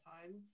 times